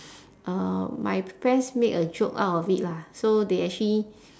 uh my friends make a joke out of it lah so they actually